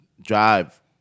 drive